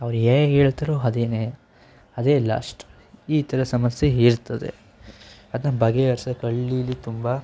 ಅವ್ರು ಹೇಗೆ ಹೇಳ್ತಾರೋ ಅದೇ ನ್ಯಾಯ ಅದೇ ಲಾಸ್ಟ್ ಈ ಥರ ಸಮಸ್ಯೆ ಇರ್ತದೆ ಅದನ್ನ ಬಗೆಹರ್ಸೋಕೆ ಹಳ್ಳೀಲಿ ತುಂಬ